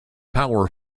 power